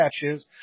catches